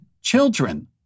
children